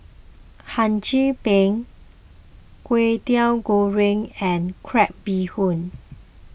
Hum Chim Peng Kway Teow Goreng and Crab Bee Hoon